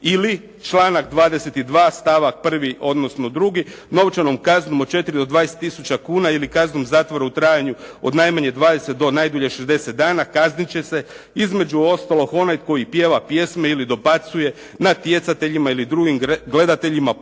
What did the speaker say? Ili članak 22. stavak 1. odnosno 2. novčanom kaznom od 4 do 20000 kuna ili kaznom zatvora u trajanju od najmanje 20 do najdulje 60 dana kaznit će se između ostalog onaj koji pjeva pjesme ili dobacuje natjecateljima ili drugim gledateljima poruke